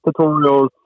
tutorials